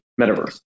metaverse